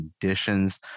conditions